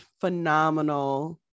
phenomenal